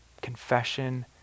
confession